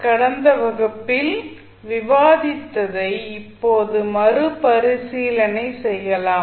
கடந்த வகுப்பில் விவாதித்ததை இப்போது மறுபரிசீலனை செய்யலாம்